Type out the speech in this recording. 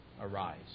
arise